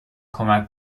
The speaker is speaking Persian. کمک